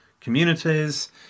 communities